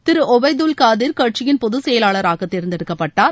திரு ஒபய்துல் காதிர் கட்சியின் பொதுச்செயலாளராக தேர்ந்தெடுக்கப்பட்டார்